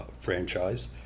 franchise